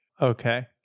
Okay